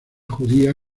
judía